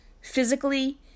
physically